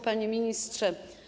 Panie Ministrze!